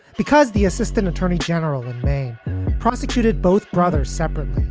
because the assistant attorney general in may prosecuted both brothers separately.